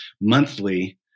monthly